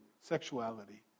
sexuality